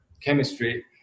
chemistry